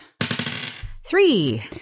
Three